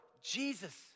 Jesus